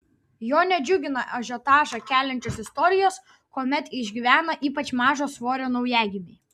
jo nedžiugina ažiotažą keliančios istorijos kuomet išgyvena ypač mažo svorio naujagimiai